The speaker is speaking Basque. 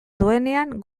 duenean